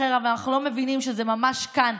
אחר אבל אנחנו לא מבינים שזה ממש כאן,